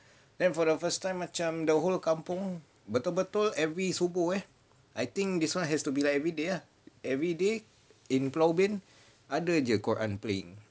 then for the first time macam the whole kampung betul-betul every subuh eh I think this [one] has to be like every day ah everyday in pulau ubin ada jer quran playing